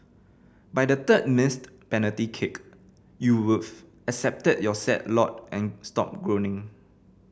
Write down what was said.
by the third missed penalty kick you would've accepted your sad lot and stopped groaning